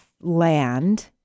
land